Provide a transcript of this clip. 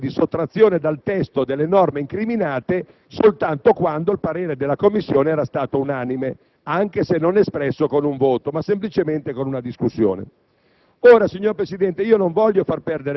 prendendo la decisione di sottrazione dal testo delle norme incriminate, soltanto quando il parere della Commissione era stato unanime, anche se non espresso con un voto, ma semplicemente con una discussione.